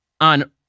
on